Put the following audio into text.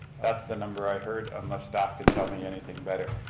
that's the number i heard unless staff can tell me anything better.